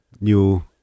new